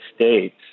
States